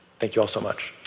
thank you all so much.